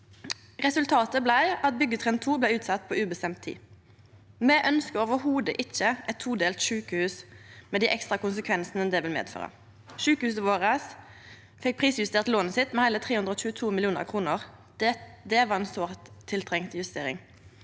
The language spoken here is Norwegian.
Resultatet blei at byggetrinn 2 blei utsett på ubestemt tid. Me ønskjer slett ikkje eit todelt sjukehus med dei ekstra konsekvensane det vil føre med seg. Sjukehuset vårt fekk prisjustert lånet sitt med heile 322 mill. kr. Det var ei sårt tiltrengd justering